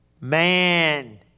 Man